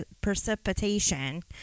precipitation